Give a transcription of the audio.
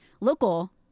local